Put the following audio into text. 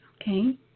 Okay